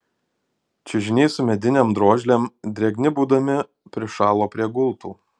čiužiniai su medinėm drožlėm drėgni būdami prišalo prie gultų